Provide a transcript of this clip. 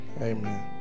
amen